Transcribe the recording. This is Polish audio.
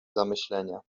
zamyślenia